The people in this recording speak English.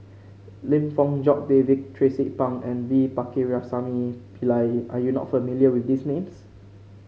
Lim Fong Jock David Tracie Pang and V Pakirisamy Pillai are you not familiar with these names